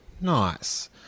Nice